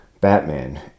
Batman